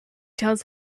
tells